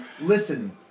listen